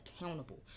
accountable